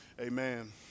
amen